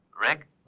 Rick